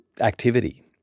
activity